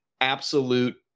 absolute